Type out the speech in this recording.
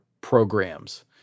programs